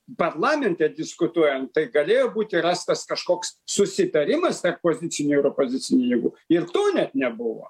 parlamente diskutuojant tai galėjo būti rastas kažkoks susitarimas tarp pozicinių ir opozicinių jėgų ir to net nebuvo